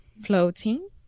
floating